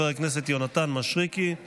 אושרה בקריאה הטרומית